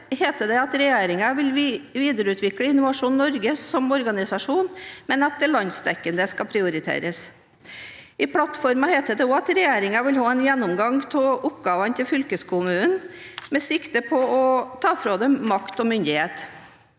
regjeringen vil videreutvikle Innovasjon Norge som organisasjon, men at det landsdekkende skal prioriteres. I plattformen heter det også at regjeringen vil ha en gjennomgang av oppgavene til fylkeskommunen med sikte på å ta fra den makt og myndighet.